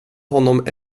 honom